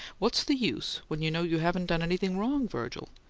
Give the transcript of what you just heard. what's the use when you know you haven't done anything wrong, virgil?